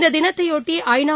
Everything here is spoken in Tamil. இந்த தினத்தையொட்டி ஐநா